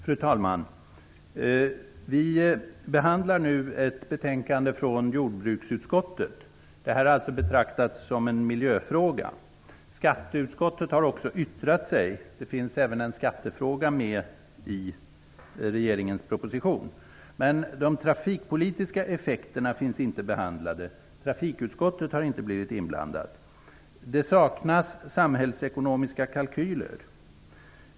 Fru talman! Vi behandlar nu ett betänkande från jordbruksutskottet. Det här har alltså betraktats som en miljöfråga. Skatteutskottet har också yttrat sig, då det även finns en skattefråga med i regeringens proposition. Men de trafikpolitiska effekterna har inte behandlats, och trafikutskottet har inte blivit inblandat. Det saknas också samhällsekonomiska kalkyler.